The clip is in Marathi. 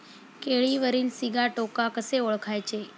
केळीवरील सिगाटोका कसे ओळखायचे?